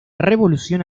revolución